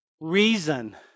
reason